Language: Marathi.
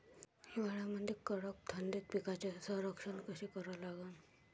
हिवाळ्यामंदी कडक थंडीत पिकाचे संरक्षण कसे करा लागन?